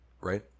right